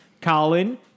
Colin